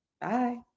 Bye